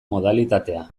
modalitatea